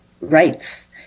rights